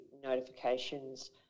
notifications